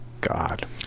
God